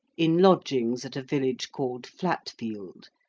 in lodgings at a village called flatfield,